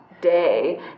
day